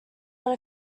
what